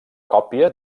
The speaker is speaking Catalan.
còpia